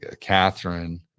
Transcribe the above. Catherine